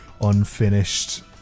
unfinished